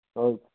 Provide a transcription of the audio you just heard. అవును